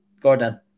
Gordon